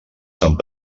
sant